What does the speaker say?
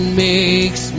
makes